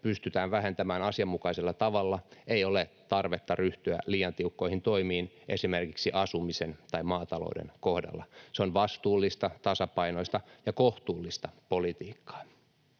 pystytään vähentämään asianmukaisella tavalla, ei ole tarvetta ryhtyä liian tiukkoihin toimiin esimerkiksi asumisen tai maatalouden kohdalla. Se on vastuullista, tasapainoista ja kohtuullista politiikkaa.